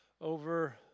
over